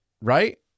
right